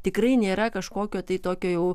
tikrai nėra kažkokio tai tokio jau